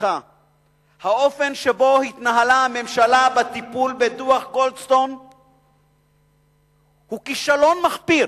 האופן שבו התנהלה הממשלה בטיפול בדוח-גולדסטון הוא כישלון מחפיר.